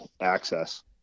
access